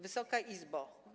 Wysoka Izbo!